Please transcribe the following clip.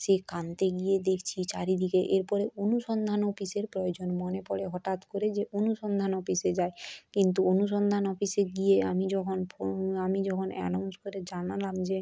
সেই কাঁদতে গিয়ে দেখছি চারিদিকে এরপরে অনুসন্ধান অফিসের প্রয়োজন মনে পড়ে হটাৎ করে যে অনুসন্ধান অফিসে যাই কিন্তু অনুসন্ধান অফিসে গিয়ে আমি যখন ফো আমি যখন অ্যানাউন্স করে জানালাম যে